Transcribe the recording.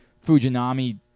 fujinami